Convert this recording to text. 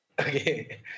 Okay